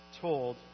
told